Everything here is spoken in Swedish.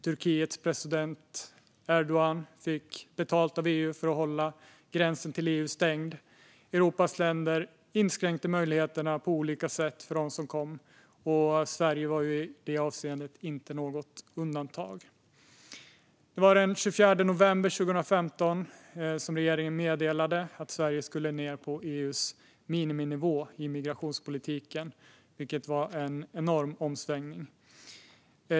Turkiets president Erdogan fick betalt av EU för att hålla gränsen till EU stängd. Europas länder inskränkte möjligheterna för dem som kom på olika sätt. Sverige var inte något undantag i det avseendet. Det var den 24 november 2015 som regeringen meddelade att Sverige skulle ned på EU:s miniminivå i migrationspolitiken, vilket var en enorm omsvängning.